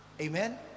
amen